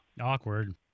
Awkward